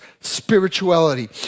spirituality